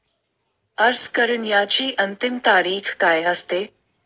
अर्ज करण्याची अंतिम तारीख काय असते?